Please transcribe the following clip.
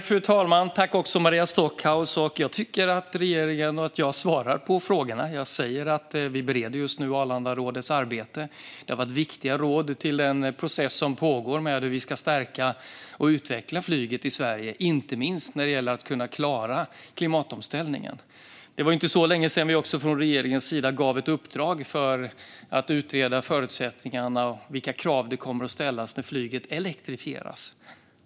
Fru talman! Jag tycker att jag svarade på frågorna. Jag säger att regeringen just nu bereder Arlandarådets arbete. Det har varit viktiga råd till den process som pågår kring hur vi ska stärka och utveckla flyget i Sverige, inte minst när det gäller att klara klimatomställningen. Det var inte så länge sedan vi från regeringens sida gav ett uppdrag att utreda förutsättningarna och vilka krav som kommer att ställas när flyget elektrifieras.